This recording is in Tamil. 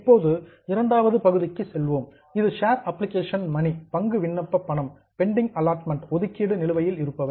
இப்போது இரண்டாவது பகுதிக்குச் செல்வோம் இது ஷேர் அப்ளிகேஷன் மணி பங்கு விண்ணப்ப பணம் பெண்டிங் அல்லோட்மெண்ட் ஒதுக்கீடு நிலுவையில் இருப்பவை